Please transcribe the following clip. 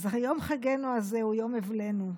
אז יום חגנו הזה הוא יום אבלנו,